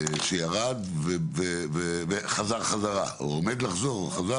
שירד ועומד לחזור בחזרה.